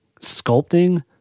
sculpting